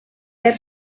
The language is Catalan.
per